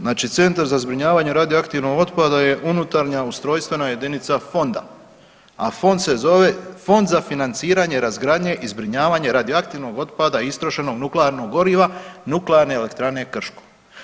Znači centar za zbrinjavanje radioaktivnog otpada je unutarnja ustrojstvena jedinica fonda, a fond se zove Fond za financiranje i razgradnje i zbrinjavanje radioaktivnog otpada i istrošenog nuklearnog goriva Nuklearne elektrane Krško.